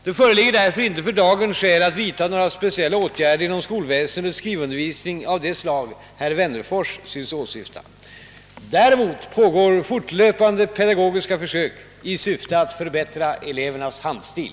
Det föreligger därför inte för dagen skäl att vidta några speciella åtgärder inom skolväsendets skrivundervisning av det slag herr Wennerfors synes åsyfta. Däremot pågår fortlöpande pedagogiska försök i syfte att förbättra elevernas handstil.